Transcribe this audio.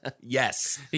Yes